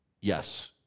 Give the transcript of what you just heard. Yes